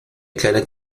kleine